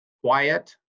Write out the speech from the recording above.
quiet